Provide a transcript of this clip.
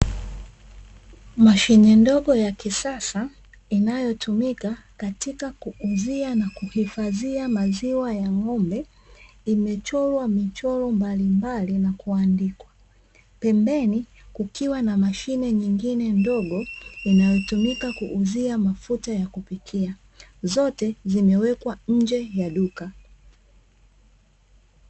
Mashine ndogo ya kisasa, inayotumika katika kuhifadhia na kuuzia maziwa ya ng'ombe, imechorwa michoro mbalimbali na kuandikwa. Pembeni kukiwa na mashine nyingine ndogo inayotumika kuuzia mafuta ya kupikia, zote zimewekwa nje ya duka.